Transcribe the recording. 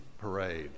parade